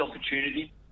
opportunity